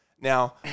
Now